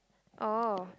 oh